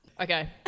Okay